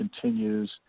continues